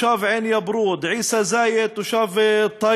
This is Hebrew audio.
תושב עין-יברוד,